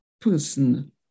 person